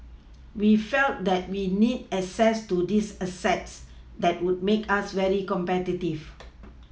we felt that we needed access to these assets that would make us very competitive